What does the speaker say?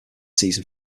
season